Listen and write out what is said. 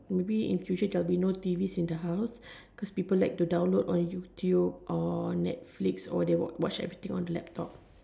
maybe in future there will be no T_Vs in the house because people like to download on YouTube or netflix or they watch everything on the laptop